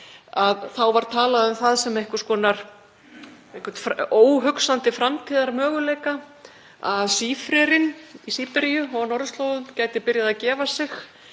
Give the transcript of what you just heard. þá var talað um það sem einhvern óhugsandi framtíðarmöguleika að sífrerinn í Síberíu og á norðurslóðum gæti byrjað að gefa sig